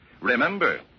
Remember